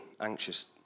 anxious